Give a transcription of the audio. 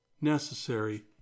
necessary